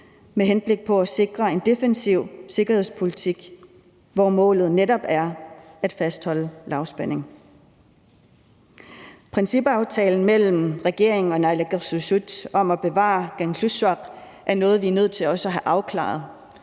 med henblik på at sikre en defensiv sikkerhedspolitik, hvor målet netop er at fastholde lavspænding. Principaftalen mellem regeringen og naalakkersuisut om at bevare Kangerlussuaq er noget, vi også er nødt til at have afklaret.